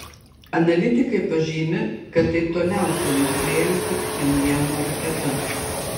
analitikai pažymi kad tai toliausiai nuskriejusi pchenjano raketa